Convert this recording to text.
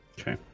Okay